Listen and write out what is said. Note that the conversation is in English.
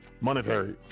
Monetary